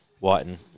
Whiten